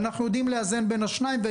ואנחנו יודעים לאזן בין השניים.